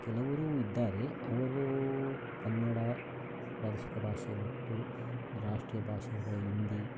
ಕೆಲವರು ಇದ್ದಾರೆ ಅವರು ಕನ್ನಡ ಪ್ರಾದೇಶಿಕ ಭಾಷೆ ಮತ್ತು ರಾಷ್ಟ್ರೀಯ ಭಾಷೆಯಾದ ಹಿಂದಿ